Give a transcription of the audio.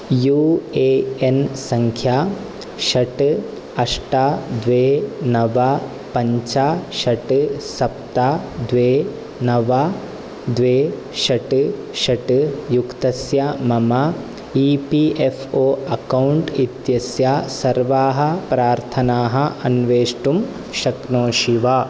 you A N सङ्ख्या षट् अष्ट द्वे नव पञ्च षट् सप्त द्वे नव द्वे षट् षट् युक्तस्य मम E P F O account इत्यस्य सर्वाः प्रार्थनाः अन्वेष्टुं शक्नोषि वा